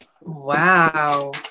Wow